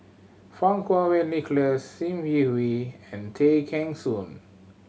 Fang Kuo Wei Nicholas Sim Yi Hui and Tay Kheng Soon